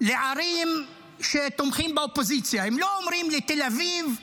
לערים שתומכות באופוזיציה, הם לא אומרים לתל אביב,